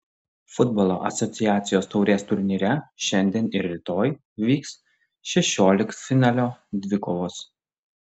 futbolo asociacijos taurės turnyre šiandien ir rytoj vyks šešioliktfinalio dvikovos